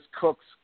cooks